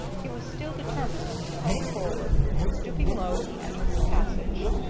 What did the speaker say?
he was still determined to press forward, and, stooping low, he entered the passage.